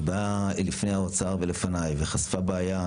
היא באה לפני האוצר ולפניי וחשפה בעיה,